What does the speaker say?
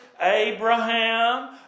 Abraham